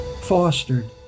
fostered